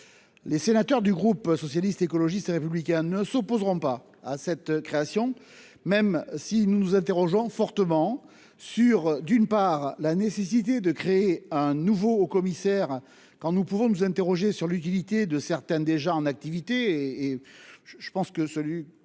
Les sénateurs du groupe socialiste, écologiste et républicain ne s'opposeront pas à cette création, même si nous nous interrogeons fortement sur d'une part la nécessité de créer un nouveau commissaire quand nous pouvons nous interroger sur l'utilité de certains déjà en activité et. Je pense que celui